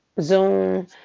Zoom